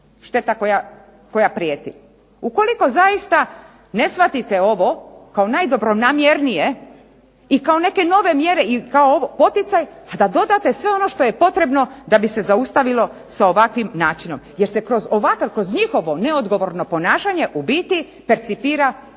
šteta koja prijeti. Ukoliko zaista ne shvatite ovo, kao najdobronamjernije i kao neke nove mjere i kao poticaj a da dodate sve ono što je potrebno da bi se zaustavilo sa ovakvim načinom. Jer se kroz ovakvo njihovo neodgovorno ponašanje u biti percipira i